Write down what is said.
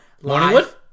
Morningwood